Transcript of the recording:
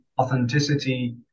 authenticity